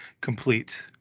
complete